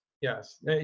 Yes